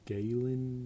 Galen